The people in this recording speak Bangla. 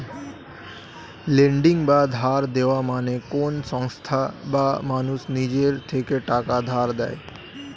লেন্ডিং বা ধার দেওয়া মানে কোন সংস্থা বা মানুষ নিজের থেকে টাকা ধার দেয়